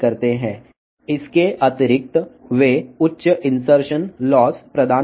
అదనంగా అవి అధిక ఇన్సర్షన్ లాస్ ని అందిస్తాయి